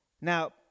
Now